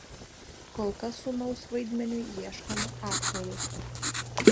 kol kas sūnaus vaidmeniui ieškoma aktoriaus